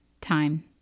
time